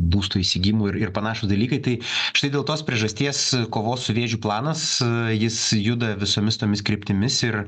būsto įsigijimui ir panašūs dalykai tai štai dėl tos priežasties kovos su vėžiu planas jis juda visomis tomis kryptimis ir